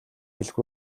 хэлэх